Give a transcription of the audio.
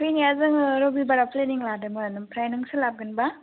फैनाया जोङो रबिबाराव प्लेनिं लादोंमोन आमफ्राय नों सोलाबगोनबा